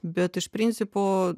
bet iš principo